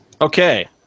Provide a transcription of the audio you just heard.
Okay